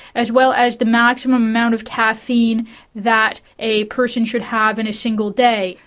as well as the maximum amount of caffeine that a person should have in a single day.